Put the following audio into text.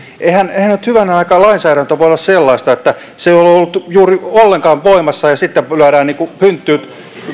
eihän eihän nyt hyvänen aika lainsäädäntö voi olla sellaista että se ei ole ollut juuri ollenkaan voimassa ja sitten ikään kuin lyödään hynttyyt